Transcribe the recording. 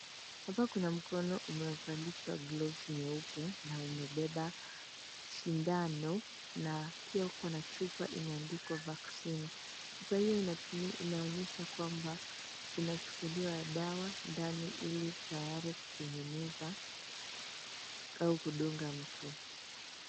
Hapa kuna mkono umevalishwa glovu nyeupe na umebeba sindano na pia kuna chupa imeandikwa "vaccine". Chupa hio inaonyesha kwamba inachukuliwa dawa ndani ili tayari kutengeneza au kudunga mtu.